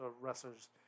wrestlers